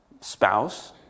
spouse